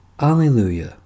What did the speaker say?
Alleluia